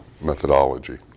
methodology